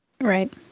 Right